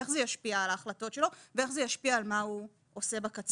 איך זה ישפיע על ההחלטות שלו ואיך זה ישפיע על מה הוא עושה בקצה?